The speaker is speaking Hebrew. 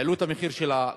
העלו את המחיר של הקרקע,